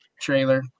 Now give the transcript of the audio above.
trailer